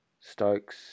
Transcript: Stokes